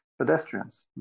pedestrians